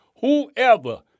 whoever